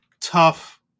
tough